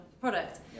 product